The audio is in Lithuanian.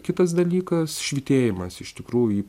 kitas dalykas švytėjimas iš tikrųjų